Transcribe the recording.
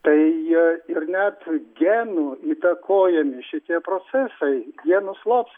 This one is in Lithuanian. tai ir net genų įtakojami šitie procesai jie nuslops